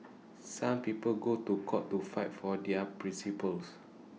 some people go to court to fight for their principles